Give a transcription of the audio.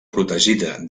protegida